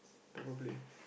probably